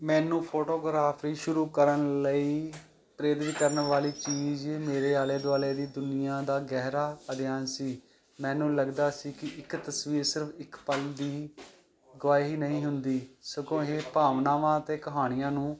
ਮੈਨੂੰ ਫੋਟੋਗਰਾਫੀ ਸ਼ੁਰੂ ਕਰਨ ਲਈ ਪ੍ਰੇਰਿਤ ਕਰਨ ਵਾਲੀ ਚੀਜ਼ ਮੇਰੇ ਆਲੇ ਦੁਆਲੇ ਦੀ ਦੁਨੀਆ ਦਾ ਗਹਿਰਾ ਅਧਿਐਨ ਸੀ ਮੈਨੂੰ ਲੱਗਦਾ ਸੀ ਕਿ ਇੱਕ ਤਸਵੀਰ ਸਿਰਫ ਇੱਕ ਪਲ ਦੀ ਗਵਾਈ ਨਹੀਂ ਹੁੰਦੀ ਸਗੋਂ ਇਹ ਭਾਵਨਾਵਾਂ ਤੇ ਕਹਾਣੀਆਂ ਨੂੰ